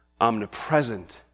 omnipresent